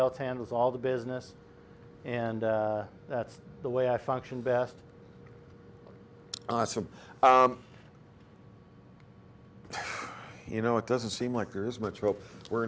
else handles all the business and that's the way i function best awesome you know it doesn't seem like there's much hope we're